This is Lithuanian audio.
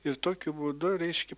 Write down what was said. ir tokiu būdu reiškia